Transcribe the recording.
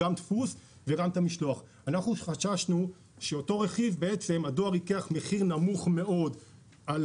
אנחנו חששנו שהדואר ייקח מחיר נמוך מאוד על